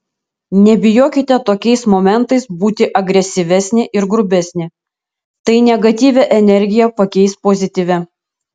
nebijokite tokiais momentais būti agresyvesnė ir grubesnė tai negatyvią energiją pakeis pozityvia